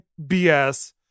BS